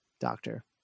Doctor